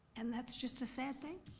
and that's just a sad thing.